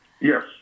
Yes